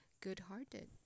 good-hearted